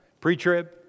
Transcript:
Pre-trib